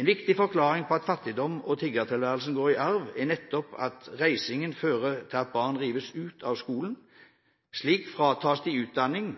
En viktig forklaring på at fattigdom og tiggertilværelsen går i arv, er nettopp at reisingen fører til at barn rives ut av skolen. Slik fratas de utdanning